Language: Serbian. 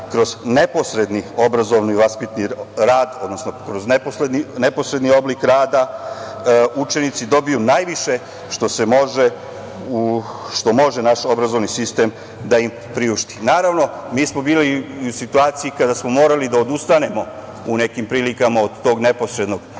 kroz neposredni obrazovni vaspitni rad, odnosno kroz neposredni oblik rada, učenici dobiju najviše što može naš obrazovni sistem da im priušti. Naravno, mi smo bili i u situaciji kada smo morali da odustanemo u nekim prilikama od tog neposrednog